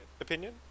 opinion